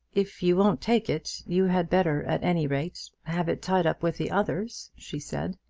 if you won't take it, you had better, at any rate, have it tied up with the others, she said.